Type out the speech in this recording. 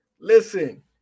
listen